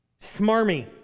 Smarmy